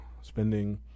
spending